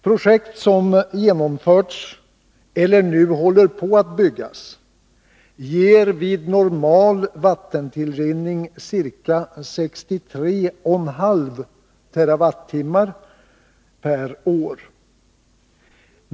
Projekt som genomförts, eller som nu håller på att färdigställas, ger vid normal vattentillrinning ca 63,5 TWh per år.